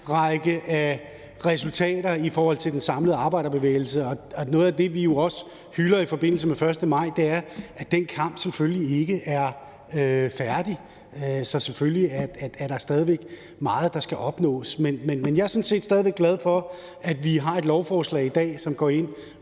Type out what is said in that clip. perlerække af resultater i forhold til den samlede arbejderbevægelse. Og noget af det, vi jo også hylder i forbindelse med den 1. maj, er, at den kamp selvfølgelig ikke er færdig. Så selvfølgelig er der stadig væk meget, der skal opnås. Men jeg er sådan set glad for, at vi har et lovforslag i dag, som går ind